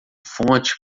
fonte